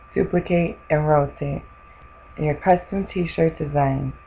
duplicate, and rotate your custom t-shirt designs.